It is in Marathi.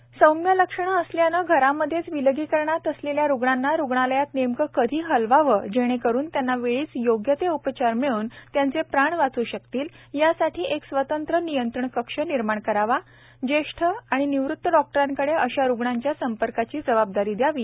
सौम्यलक्षणं सौम्यलक्षणंअसल्यानंघरामध्येचविलगीकरणातअसलेल्यारुग्णांनारुग्णालयातनेमकंकधीहलवावंजेणेकरून त्यांनावेळीचयोग्यतेउपचारमिळूनत्यांचेप्राणवाचूशकतील यासाठीएकस्वतंत्रनियंत्रणकक्षनिर्माणकरावाज्येष्ठआणिनिवृतडॉक्टरांकडेअशारुग्णांच्यासंपर्काचीजबाबदारी द्यावी